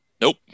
Nope